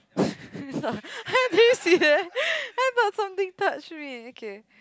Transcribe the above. I didn't see that I thought something touched me